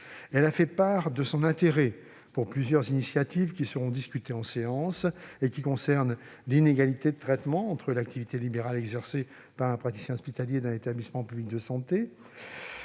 a fait part de son intérêt pour plusieurs initiatives qui seront discutées en séance en ce qui concerne l'inégalité de traitement entre l'activité libérale exercée par un praticien hospitalier d'un établissement public de santé